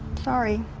sorry.